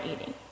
eating